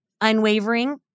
unwavering